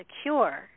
secure